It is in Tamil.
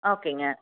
ஓகேங்க